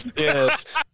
Yes